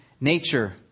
nature